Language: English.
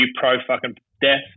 pro-fucking-death